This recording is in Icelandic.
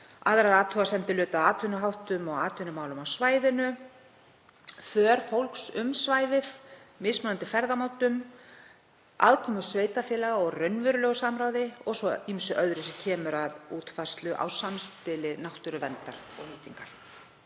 Aðrar athugasemdir lutu að atvinnuháttum og atvinnumálum á svæðinu, för fólks um svæðið, mismunandi ferðamátum, aðkomu sveitarfélaga og raunverulegu samráði og svo ýmsu öðru sem kemur að útfærslu á samspili náttúruverndar og nýtingar.